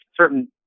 certain